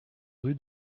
rue